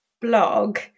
blog